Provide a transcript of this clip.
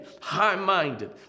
high-minded